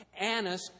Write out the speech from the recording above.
Annas